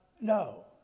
No